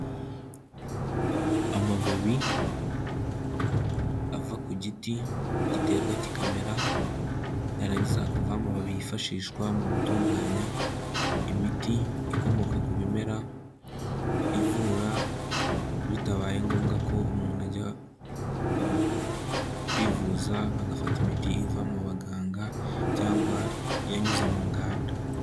Amababi ava ku giti giterwa kikamera, yarangiza hakavaho amababi yifashishwa mu gutunganya imiti ikomoka ku bimera, ivura bitabaye ngombwa ko umuntu ajya kwivuza, agafata imiti iva mu baganga cyangwa yanyuze mu nganda.